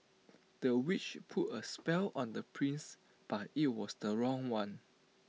the witch put A spell on the prince but IT was the wrong one